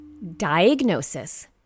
Diagnosis